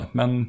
men